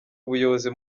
ubuyobozi